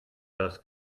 das